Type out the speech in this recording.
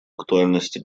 актуальности